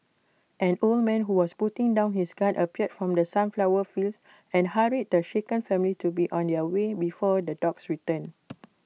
an old man who was putting down his gun appeared from the sunflower fields and hurried the shaken family to be on their way before the dogs return